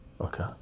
okay